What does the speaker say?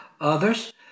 others